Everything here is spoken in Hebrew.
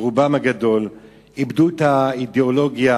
ורובם הגדול,